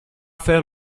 faire